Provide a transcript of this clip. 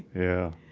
yeah.